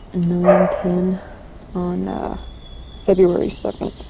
nine. ten on february seven.